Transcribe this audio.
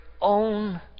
own